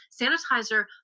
sanitizer